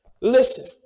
listen